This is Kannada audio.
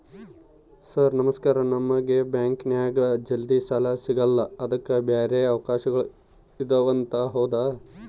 ಸರ್ ನಮಸ್ಕಾರ ನಮಗೆ ಬ್ಯಾಂಕಿನ್ಯಾಗ ಜಲ್ದಿ ಸಾಲ ಸಿಗಲ್ಲ ಅದಕ್ಕ ಬ್ಯಾರೆ ಅವಕಾಶಗಳು ಇದವಂತ ಹೌದಾ?